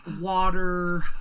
water